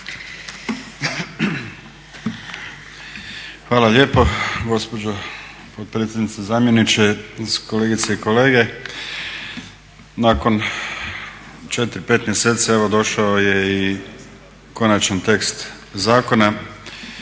Hvala lijepo gospođo potpredsjednice, zamjeniče, kolegice i kolege. Nakon 4, 5 mjeseci evo došao je i Konačan tekst zakona